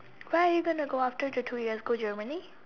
where you going to go after the two years go Germany